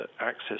access